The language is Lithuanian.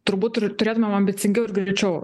turbūt ir turėtumėm ambicingiau ir greičiau